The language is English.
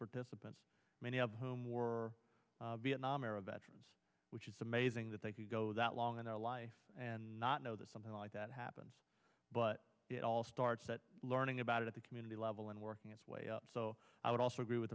participants many of whom were vietnam era veterans which is amazing that they could go that long in their life and not know that something like that happens but it all starts that learning about at the community level and working its way up so i would also agree with